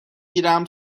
گیرم